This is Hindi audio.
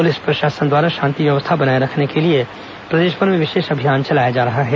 पुलिस प्रशासन द्वारा शांति व्यवस्था बनाए रखने के लिए प्रदेशभर में विशेष अभियान चलाया जा रहा है